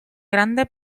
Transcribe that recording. grande